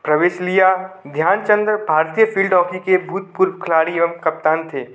प्रवेश लिया ध्यानचन्द्र भारतीय फील्ड हॉकी के भूतपूर्व खिलाड़ी एवम कप्तान थे